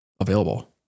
available